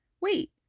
Wait